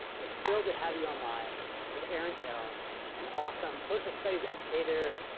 we're thrilled to have you online with erin hill an awesome social studies educator,